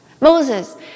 Moses